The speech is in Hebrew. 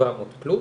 ל-700 פלוס,